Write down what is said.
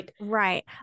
Right